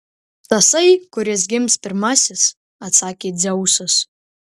tasai kuris gims pirmasis atsakė dzeusas